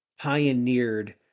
pioneered